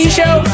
show